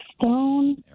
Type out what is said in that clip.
Stone